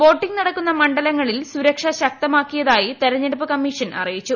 voting നടക്കുന്ന മണ്ഡലങ്ങളിൽ സുരക്ഷ ശക്തമാക്കിയതായി തെരഞ്ഞെടുപ്പ് കമ്മീഷൻ എന്നീയിച്ചു